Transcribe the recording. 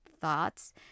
thoughts